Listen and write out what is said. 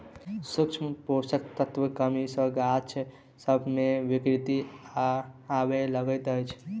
सूक्ष्म पोषक तत्वक कमी सॅ गाछ सभ मे विकृति आबय लागैत छै